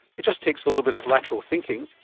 it just takes a little bit of lateral thinking,